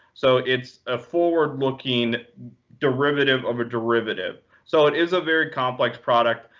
so it's a forward-looking derivative of a derivative. so it is a very complex product,